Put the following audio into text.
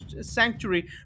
sanctuary